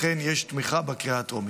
לכן יש תמיכה בקריאת הטרומית.